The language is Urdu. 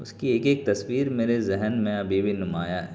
اس کی ایک ایک تصویر میرے ذہن میں ابھی بھی نمایاں ہے